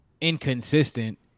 inconsistent